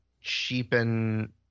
cheapen